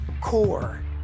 core